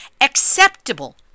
acceptable